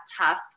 tough